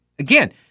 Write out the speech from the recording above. Again